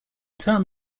term